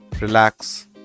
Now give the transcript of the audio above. relax